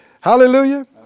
Hallelujah